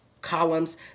columns